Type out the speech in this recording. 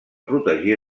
protegir